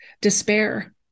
despair